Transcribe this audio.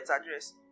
address